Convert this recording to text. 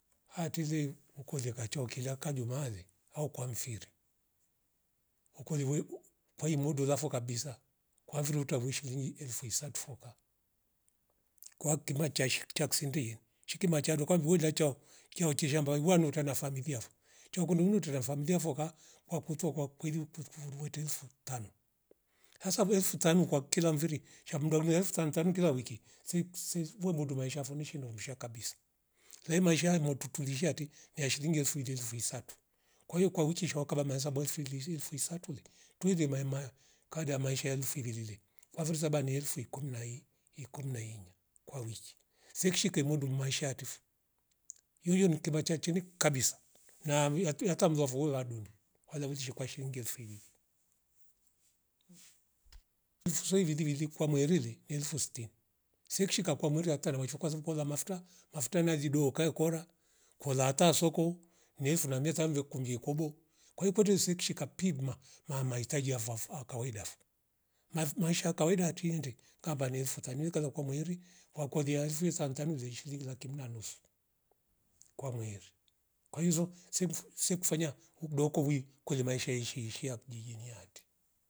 Hatele ukole kachokila kajumale au kwa mfiri ukole weu kwaimuda lafo kabisa kwavuruta vweshilingi elfu isatufoka kwa kima chaishk chaksindie shika macharo kwa mvuwe la chao kio kiriamba wanuta na familia vo chiokundu tura famlia voka wakuto kwakweli kururu wetemfo tano hasa elfu tano kwa kila mfiviri shamdo gile elfu tano tano kila wiki si siksi vuvundu maisha finishilo msha kabisa, lei maisha motutulia shiati niya shilingi elfu ilevwi ilevi visatu kwa hio shwakaba mesa mwofili elfu isatule tweli maemaya kada maisha elfu iririle kwa viri saba ni elfu ikumnai ikumi na inya kwa wiki. Sikishike mundu mmashaatifo hio hio ni kima cha kabisa na muya tuyatuya hata mlwavu kadumu kwa liwishi kwa shilingi elfu iriri ususwe viriri kwa mwerile ni elfu stini siekishika kwa mwiri hata riwefukoza kwoza mafuta mafuta nalidoka kora kolata soko ni elfu na miatano lekumbi ekobo kwa hio kote sikishika pigma maama itaji ya vaafka kawaida vo, mavi masha kawaida yatiende kamba nefuta niu kala kwa mweri wakolia ivwe santanule ishiri lakim na nusu kwa. weri kwanzo siku- sikufanya udokovwi kweli maisha yeshe ishia kijijini yate